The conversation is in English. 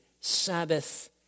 Sabbath